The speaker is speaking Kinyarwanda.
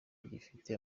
bagifite